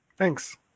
Thanks